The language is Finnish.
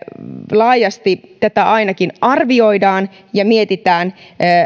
laajasti tätä ainakin arvioidaan ja mietitään